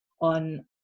on